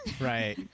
Right